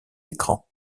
écrans